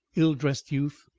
ill-dressed youth,